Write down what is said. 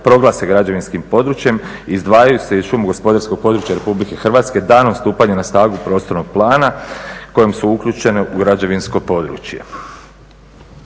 proglase građevinskim područjem izdvajaju se iz šumogospodarskog područja RH danom stupanja na snagu prostornog plana kojim su uključene u građevinsko područje.